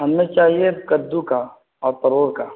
ہمیں چاہیے کدو کا اور پرور کا